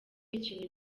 ikintu